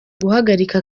guhagarika